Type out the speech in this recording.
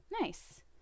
Nice